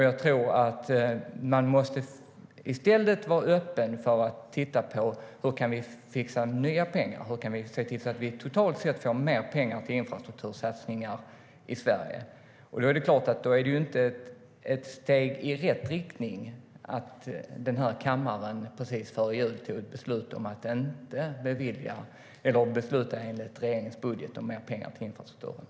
Jag tror att man i stället måste vara öppen för att titta på hur vi kan fixa nya pengar och se till att vi får mer pengar totalt sett till infrastruktursatsningar i Sverige.